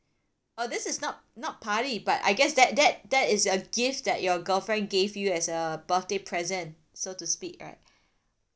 oh this is not not party but I guess that that that is a gift that your girlfriend gave you as a birthday present so to speak right